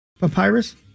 papyrus